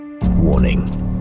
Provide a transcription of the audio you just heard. Warning